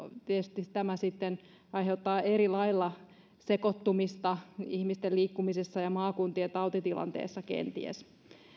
tietysti tämä sitten aiheuttaa eri lailla sekoittumista ihmisten liikkumisessa ja maakuntien tautitilanteessa kenties